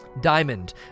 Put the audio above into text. Diamond